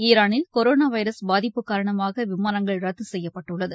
ஈரானில் corona virus பாதிப்பு காரணமாக விமானங்கள் ரத்து செய்யப்பட்டுள்ளது